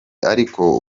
ariko